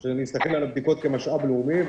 הוא להסתכל על הבדיקות כמשאב לאומי.